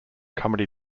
comedy